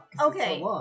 Okay